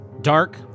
dark